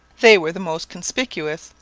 they were the most conspicuous,